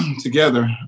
together